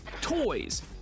toys